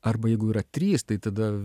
arba jeigu yra trys tai tada